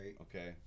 Okay